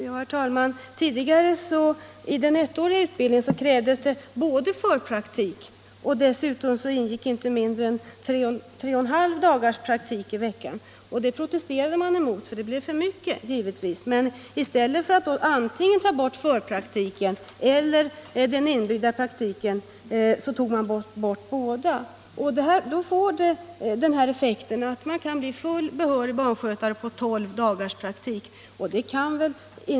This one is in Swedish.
Herr talman! Tidigare, i den ettåriga utbildningen, krävdes det förpraktik och dessutom ingick inte mindre än tre och en halv dagars praktik i veckan. Detta protesterade man emot, eftersom det ansågs vara för mycket. Men i stället för att då antingen ta bort förpraktiken eller den inbyggda praktiken tog man bort båda, och därför får utbildningen den effekten, att man kan bli fullt behörig barnskötare efter bara tolv dagars praktik.